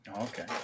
Okay